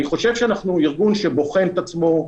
אני חושב שאנחנו ארגון שבוחן את עצמו,